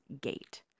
gate